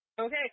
Okay